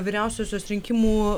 vyriausiosios rinkimų